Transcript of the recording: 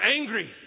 angry